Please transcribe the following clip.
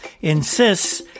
insists